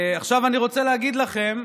עכשיו אני רוצה להגיד לכם,